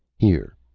here,